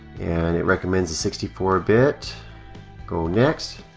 and it recommends a sixty four bit go next